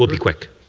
ah quick.